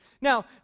Now